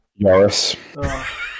Yaris